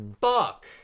Fuck